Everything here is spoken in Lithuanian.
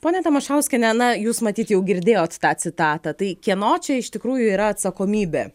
ponia tamašauskiene na jūs matyt jau girdėjot tą citatą tai kieno čia iš tikrųjų yra atsakomybė